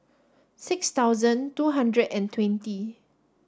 six thousand two hundred and twenty